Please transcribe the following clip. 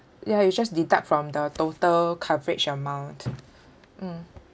ya you just deduct from the total coverage amount mm